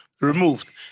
Removed